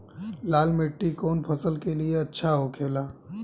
लाल मिट्टी कौन फसल के लिए अच्छा होखे ला?